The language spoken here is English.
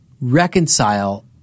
reconcile